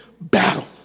battle